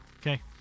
Okay